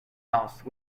house